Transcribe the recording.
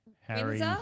Harry